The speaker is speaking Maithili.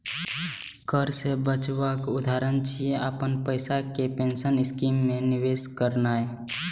कर सं बचावक उदाहरण छियै, अपन पैसा कें पेंशन स्कीम मे निवेश करनाय